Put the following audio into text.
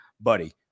Buddy